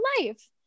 life